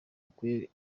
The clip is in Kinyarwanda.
rukwiriye